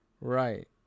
right